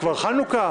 כבר חנוכה?